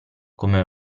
come